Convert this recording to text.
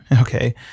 okay